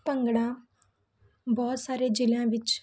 ਭੰਗੜਾ ਬਹੁਤ ਸਾਰੇ ਜ਼ਿਲ੍ਹਿਆਂ ਵਿੱਚ